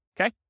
Okay